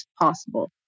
possible